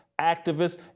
activists